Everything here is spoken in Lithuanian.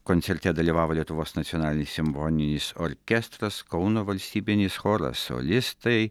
koncerte dalyvavo lietuvos nacionalinis simfoninis orkestras kauno valstybinis choras solistai